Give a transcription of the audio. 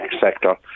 sector